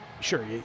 Sure